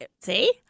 see